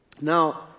Now